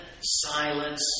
silence